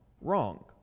wrong